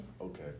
Okay